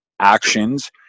actions